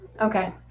Okay